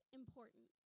important